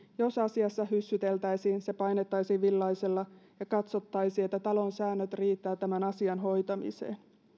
jos asiassa hyssyteltäisiin se painettaisiin villaisella ja katsottaisiin että talon säännöt riittävät tämän asian hoitamiseen syyttäjä on